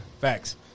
facts